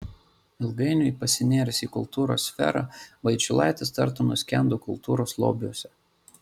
ilgainiui pasinėręs į kultūros sferą vaičiulaitis tartum nuskendo kultūros lobiuose